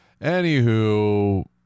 Anywho